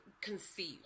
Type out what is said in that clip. conceive